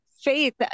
faith